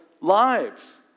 lives